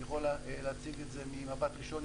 אני יכול להציג את זה ממבט ראשון,